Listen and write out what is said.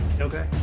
Okay